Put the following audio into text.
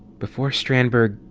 before stranberg.